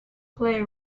play